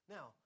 Now